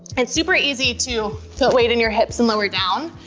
and super easy to put weight in your hips and lower down,